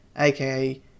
AKA